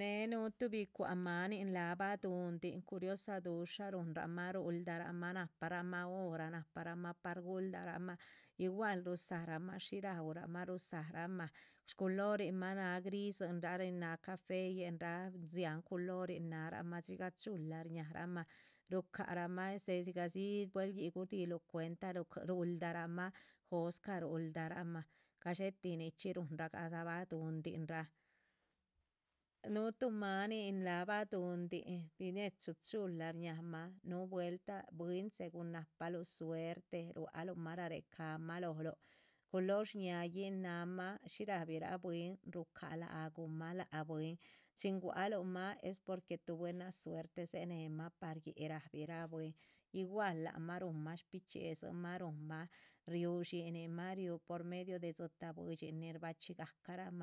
néhe núhu tuhbi cuahc máanin láha baduhundin, cuiriosa dushamah ruhuldamah nahpamah, nahparamah. ora par guhuldaramah igual ruzaramah shí raúramah ruhuzaramah shculorin mah náha grisin rah nin náha caféyinraa dziáhan culorin náharamah dxigah chula shñáharamah. rucahramah este dzigahdzi buel yíh gudiluh cuenta ru ruhuldaramah jóscah ruhuldaramah gadxé tih nichxí ruhunra gadza baduhundinraa, núhu tuh máanin láha baduhundin. binechu chula shñáhamah núh vueltah bwín segun nahluh suerte rualuh mah raréhecahmah lóholuh culor shñáhayin nahamah shi rahbira bwín rucaláguhmah láha bwín. chin gualuhmah es porque tuh buena suerte dzénehemah par yíc rahbirah bwín, igual lac mah ruhunmah shbichxíedzinmah ruhunmah riú dxinin mah ripu por medio de dzitah buidxin. nin shbachxí gahcarahmah